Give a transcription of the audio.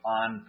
on